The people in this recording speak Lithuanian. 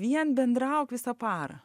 vien bendrauk visą parą